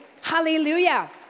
Hallelujah